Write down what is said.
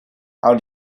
how